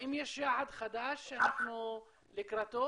האם יש יעד חדש שאנחנו לקראתו?